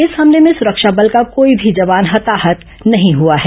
इस हमले में सुरक्षा बल का कोई भी जवान हताहत नहीं हुआ है